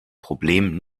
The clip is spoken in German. problem